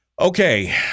Okay